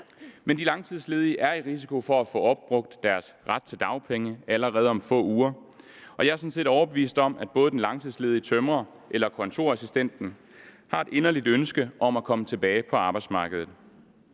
Men de langtidsledige er i risiko for at få opbrugt deres ret til dagpenge allerede om få uger, og jeg er sådan set overbevist om, at både den langtidsledige tømrer og kontorassistent har et inderligt ønske om at komme tilbage på arbejdsmarkedet.